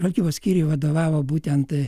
žvalgybos skyriui vadovavo būtent